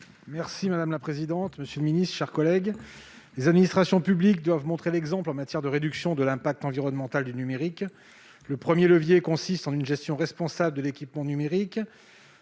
est ainsi libellé : La parole est à M. Éric Gold. Les administrations publiques doivent montrer l'exemple en matière de réduction de l'impact environnemental du numérique. Le premier levier consiste en une gestion responsable de l'équipement numérique.